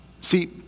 See